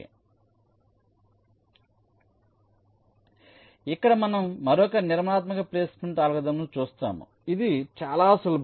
కాబట్టి ఇక్కడ మనం మరొక నిర్మాణాత్మక ప్లేస్మెంట్ అల్గోరిథం ను చూస్తాము ఇది చాలా సులభం